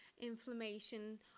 inflammation